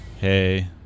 Hey